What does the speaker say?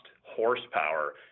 horsepower